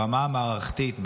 ברמה המערכתית,